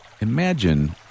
Imagine